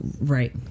right